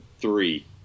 three